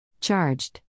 Charged